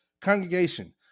congregation